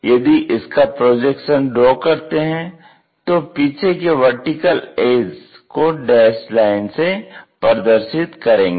यदि इसका projection draw करते हैं तो पीछे के वर्टिकल एज को डैस्ड लाइन से प्रदर्शित करेंगे